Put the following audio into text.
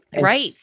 right